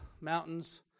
mountains